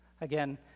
Again